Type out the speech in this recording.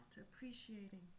appreciating